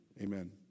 amen